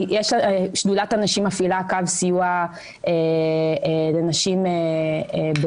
שדולת הנשים מפעילה קו סיוע לנשים בנושאי